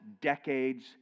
decades